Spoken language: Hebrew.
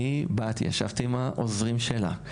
אני ישבתי עם העוזרים שלה.